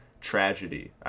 tragedy